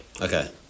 Okay